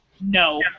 No